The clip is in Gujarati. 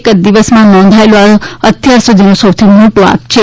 એક જ દિવસમાં નોંધાયેલો આ અત્યારસુધીનો સૌથી મોટો આંક છે